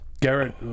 Garrett